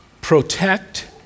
protect